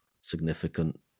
significant